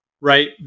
right